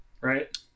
Right